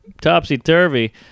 topsy-turvy